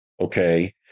okay